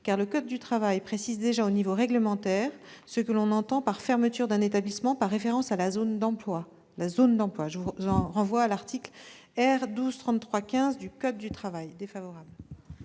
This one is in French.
car le code du travail précise déjà au niveau réglementaire ce que l'on entend par fermeture d'un établissement par référence à la zone d'emploi- je vous renvoie à l'article R. 1233-15 du code du travail. L'avis